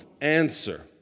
answer